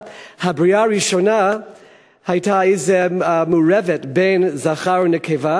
הבריאה הראשונה הייתה מעורבת בין זכר ונקבה,